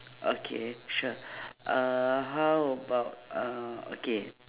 okay sure uhh how about uh okay